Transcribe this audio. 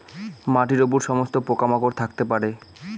মাটির উপর সমস্ত পোকা মাকড় থাকতে পারে